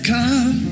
come